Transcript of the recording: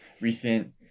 recent